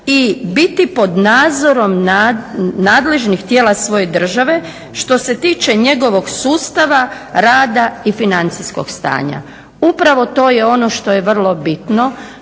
i biti pod nadzorom nadležnih tijela svoje države što se tiče njegovog sustava, rada i financijskog stanja". Upravo to je ono što je vrlo bitno